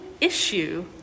issue